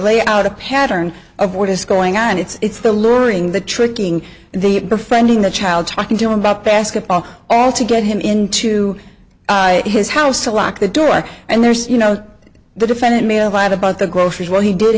lay out a pattern of what is going on it's the luring the tricking the befriending the child talking to him about basketball all to get him into his house to lock the door and there's you know the defendant me a lot about the groceries where he did